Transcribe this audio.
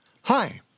Hi